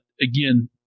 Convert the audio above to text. again